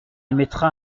émettra